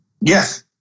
Yes